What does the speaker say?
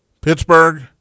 Pittsburgh